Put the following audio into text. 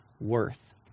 worth